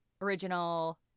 original